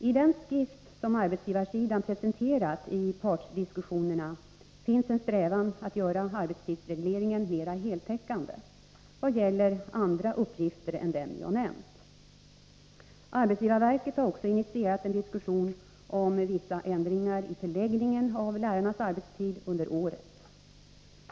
I den skiss som arbetsgivarsidan presenterat i partsdiskussionerna finns en strävan att göra arbetstidsregleringen mera heltäckande vad gäller andra uppgifter än dem jag nämnt. Arbetsgivarverket har också initierat en diskussion om vissa ändringar i förläggningen av lärarnas arbetstid under året.